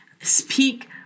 Speak